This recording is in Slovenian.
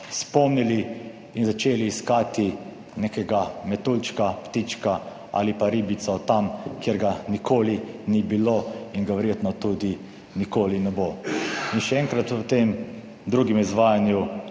spomnili in začeli iskati nekega metuljčka, ptička ali pa ribico tam, kjer ga nikoli ni bilo in ga verjetno tudi nikoli ne bo. In še enkrat v tem drugem izvajanju,